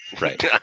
Right